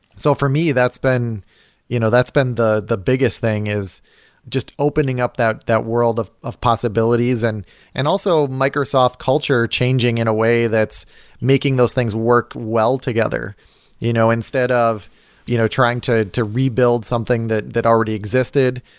so for me, that's been you know that's been the the biggest thing is just opening up that that world of of possibilities. and and also, microsoft culture changing in a way that's making those things work well together you know instead of you know trying to to rebuild something that that already existed,